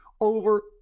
over